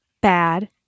Bad